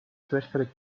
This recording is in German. gerechtfertigt